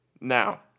Now